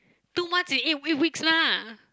two months is eight eight weeks lah